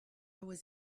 was